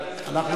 אנחנו